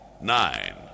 nine